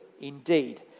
indeed